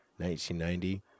1990